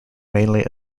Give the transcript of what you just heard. mainly